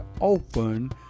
open